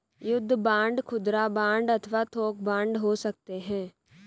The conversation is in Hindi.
युद्ध बांड खुदरा बांड अथवा थोक बांड हो सकते हैं